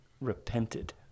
repented